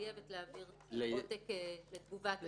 שמחייבת להעביר עותק לתגובת הזוכה.